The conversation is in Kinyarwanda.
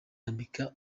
yambika